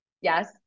Yes